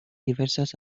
diversas